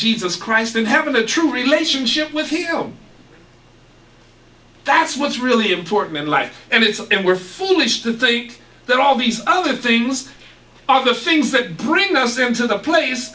jesus christ and having a true relationship with him that's what's really important in life and it's and we're foolish to think that all these other things are the things that bring us into the place